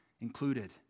included